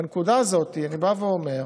בנקודה הזאת אני אומר: